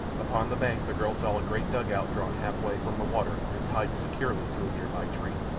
upon the bank the girl saw a great dugout drawn half-way from the water and tied securely to a near-by tree.